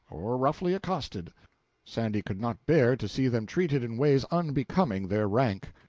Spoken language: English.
or roughly accosted sandy could not bear to see them treated in ways unbecoming their rank.